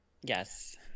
Yes